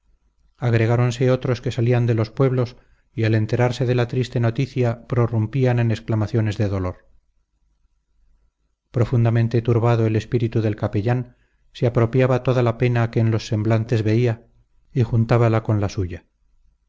lo acompañaban agregáronse otros que salían de los pueblos y al enterarse de la triste noticia prorrumpían en exclamaciones de dolor profundamente turbado el espíritu del capellán se apropiaba toda la pena que en los semblantes vela y juntábala con la suya